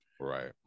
right